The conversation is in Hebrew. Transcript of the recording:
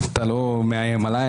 אתה לא מאיים עליי.